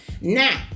Now